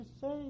say